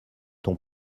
ton